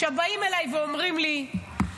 באים אליי ואומרים לי: כן,